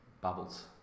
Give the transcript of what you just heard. Bubbles